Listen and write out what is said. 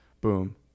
Boom